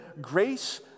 grace